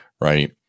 Right